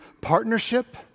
partnership